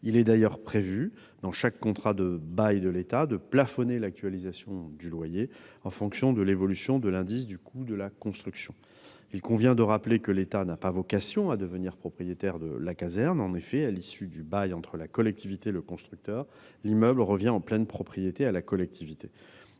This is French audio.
Il est d'ailleurs prévu, dans chaque contrat de bail de l'État, de plafonner l'actualisation du loyer en fonction de l'évolution de l'indice du coût de la construction. Il convient de rappeler que l'État n'a pas vocation à devenir propriétaire de la caserne. En effet, à l'issue du bail entre la collectivité et le constructeur, l'immeuble revient en pleine propriété à la collectivité.